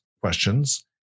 questions